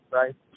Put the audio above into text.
right